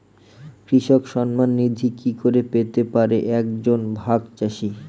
কৃষক সন্মান নিধি কি করে পেতে পারে এক জন ভাগ চাষি?